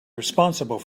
responsible